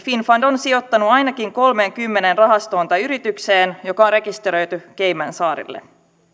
finnfund on sijoittanut ainakin kolmeenkymmeneen rahastoon tai yritykseen joka on rekisteröity caymansaarille